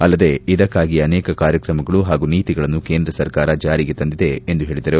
ಅಲ್ಲದೆ ಇದಕ್ಕಾಗಿಯೇ ಅನೇಕ ಕಾರ್ಯಕ್ರಮಗಳು ಹಾಗೂ ನೀತಿಗಳನ್ನು ಕೇಂದ್ರ ಸರ್ಕಾರ ಜಾರಿಗೆ ತಂದಿದೆ ಎಂದು ಹೇಳದರು